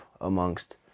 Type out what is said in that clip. amongst